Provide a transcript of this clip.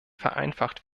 vereinfacht